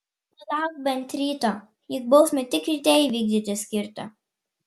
palauk bent ryto juk bausmę tik ryte įvykdyti skirta